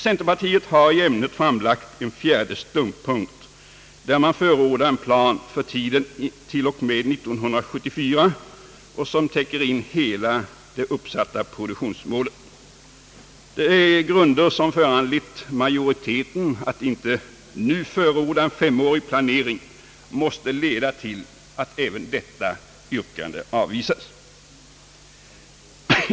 Centerpartiet har i ämnet framlagt en fjärde ståndpunkt, där man förordar en plan för tiden till och med 1974, en plan som täcker in hela det uppsatta produktionsmålet. De grunder som föranlett majoriteten att inte nu förorda en femårig planering måste leda till att även detta yrkande avvisas.